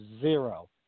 zero